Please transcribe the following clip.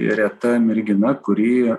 reta mergina kuri